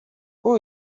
who